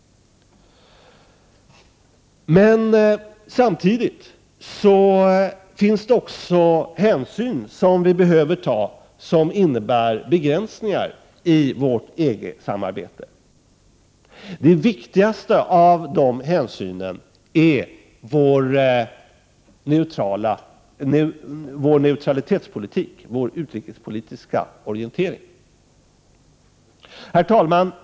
Sverige behöver också ta hänsyn som innebär begränsningar i vårt lands EG samarbete. De viktigaste av de hänsynen är vår neutralitetspolitik och vår utrikespolitiska orientering. Herr talman!